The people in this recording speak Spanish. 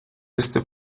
este